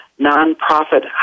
non-profit